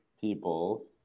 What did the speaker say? people